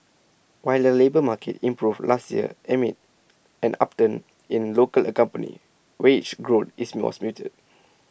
while the labour market improved last year amid an upturn in local economy wage growth is was muted